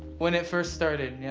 when it first started, yeah.